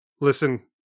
listen